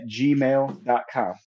gmail.com